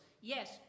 Yes